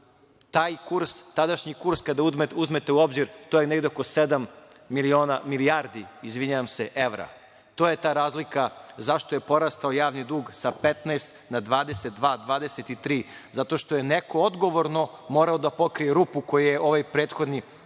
dinara. tadašnji kurs kada uzmete u obzir, to je oko sedam milijardi evra. To je ta razlika, zašto je porastao javni dug sa 15 na 22, 23. Zato što je neko odgovorno morao da pokrije rupu koju je ovaj prethodni